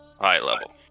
high-level